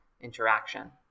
interaction